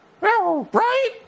Right